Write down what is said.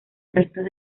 restos